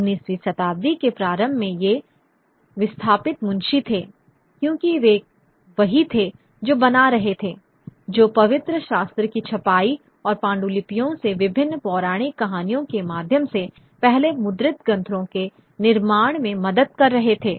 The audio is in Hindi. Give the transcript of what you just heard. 19वीं शताब्दी के प्रारंभ में ये विस्थापित मुंशी थे क्योंकि वे वही थे जो बना रहे थे जो पवित्र शास्त्र की छपाई और पांडुलिपियों से विभिन्न पौराणिक कहानियों के माध्यम से पहले मुद्रित ग्रंथों के निर्माण में मदद कर रहे थे